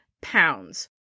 pounds